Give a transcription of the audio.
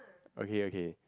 okay okay